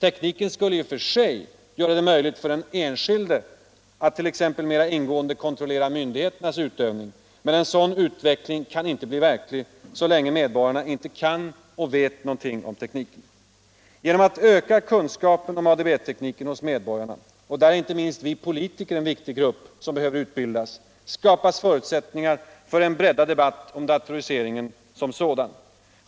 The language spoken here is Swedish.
Tekniken skulle i och för sig göra det möjligt för den enskilde att t.ex. mera ingående kontrollera myndigheternas utövning. Men en sådan utveckling kan inte bli verklig så länge medborgarna inte kan och vet något om tekniken. Genom att öka kunskapen om ADB-tekniken hos medborgarna — och där är inte minst vi politiker en viktig grupp som behöver utbildas — skapas förutsättningar för en breddad debatt om datoriseringen som sådan.